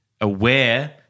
aware